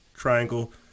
Triangle